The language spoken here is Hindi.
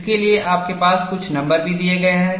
इसके लिए आपके पास कुछ नंबर भी दिए गए हैं